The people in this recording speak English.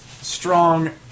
strong